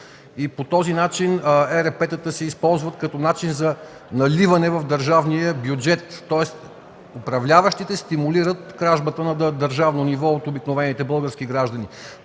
и по този начин ЕРП-тата се използват като средство за наливане в държавния бюджет, тоест управляващите стимулират кражбата на държавно ниво от обикновените български граждани.